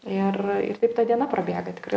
ir ir taip ta diena prabėga tikrai